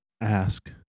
ask